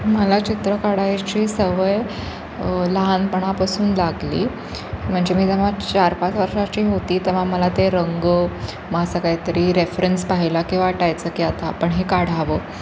मला चित्र काढायची सवय लहानपणापासून लागली म्हणजे मी जेव्हा चार पाच वर्षाची होती तेव्हा मला ते रंग मग असं काय तरी रेफरन्स पाहिला की वाटायचं की आता आपण हे काढावं